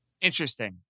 Interesting